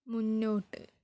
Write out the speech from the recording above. മുന്നോട്ട്